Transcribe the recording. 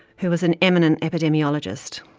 who was an eminent epidemiologist.